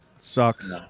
Sucks